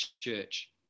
church